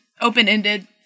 open-ended